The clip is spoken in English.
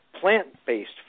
plant-based